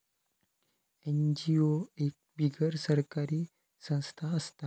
NGO एक बिगर सरकारी संस्था असता